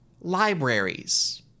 libraries